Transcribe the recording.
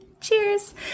Cheers